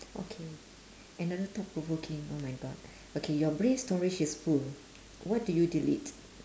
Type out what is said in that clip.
okay another thought provoking oh my god okay your brain storage is full what do you delete